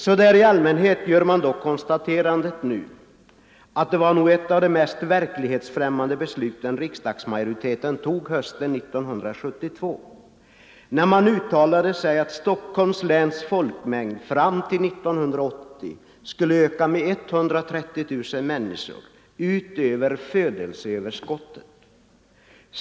Så där i allmänhet gör man dock konstaterandet nu, att det var nog ett av de mest verklighetsfrämmande besluten riksdagsmajoriteten tog hösten 1972, när man uttalade att Stockholms läns folkmängd fram till 1980 skulle öka med 130 000 människor utöver födelseöverskottet.